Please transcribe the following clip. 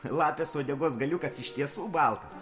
lapės uodegos galiukas iš tiesų baltas